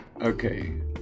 Okay